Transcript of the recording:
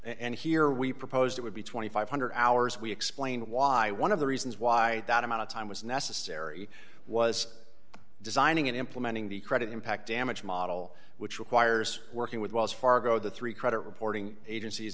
and here we proposed it would be two thousand five hundred hours we explain why one of the reasons why that amount of time was necessary was designing and implementing the credit impact damage model which requires working with wells fargo the three credit reporting agencies